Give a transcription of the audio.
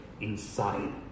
inside